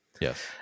Yes